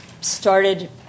started